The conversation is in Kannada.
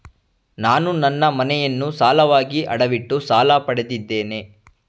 ನಾನು ನನ್ನ ಮನೆಯನ್ನು ಸಾಲವಾಗಿ ಅಡವಿಟ್ಟು ಸಾಲ ಪಡೆದಿದ್ದೇನೆ